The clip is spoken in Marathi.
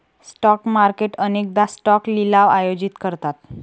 स्टॉक मार्केट अनेकदा स्टॉक लिलाव आयोजित करतात